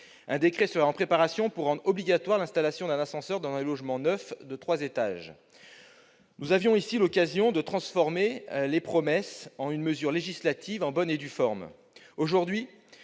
Un décret serait en préparation pour rendre obligatoire l'installation d'un ascenseur dans les logements neufs de trois étages. Nous avions ici l'occasion de transformer les promesses en une mesure législative en bonne et due forme. Aujourd'hui,